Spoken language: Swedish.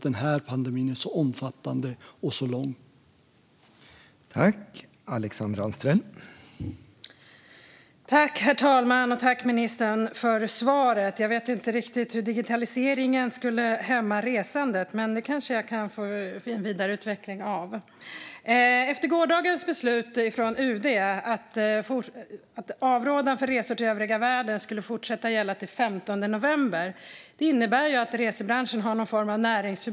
Den här pandemin är nämligen så omfattande och så långvarig.